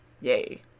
Yay